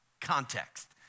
context